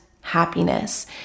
happiness